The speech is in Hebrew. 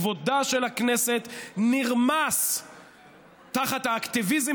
כבודה של הכנסת נרמס תחת האקטיביזם